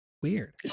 Weird